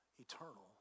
eternal